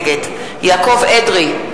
נגד יעקב אדרי,